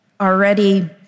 already